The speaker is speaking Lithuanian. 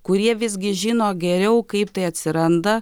kurie visgi žino geriau kaip tai atsiranda